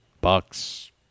Bucks